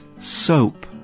soap